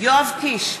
יואב קיש,